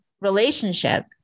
relationship